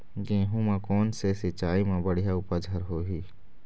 गेहूं म कोन से सिचाई म बड़िया उपज हर होही?